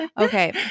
Okay